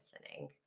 listening